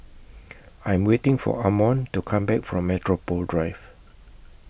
I Am waiting For Ammon to Come Back from Metropole Drive